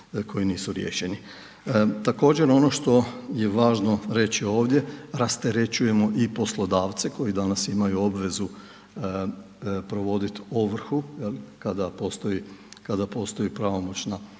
Također ono što je važno reći ovdje rasterećujemo i poslodavce koji danas imaju obvezu provoditi ovrhu je li, kada postoji, kada postoji